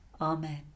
Amen